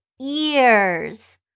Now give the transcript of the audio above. ears